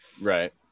right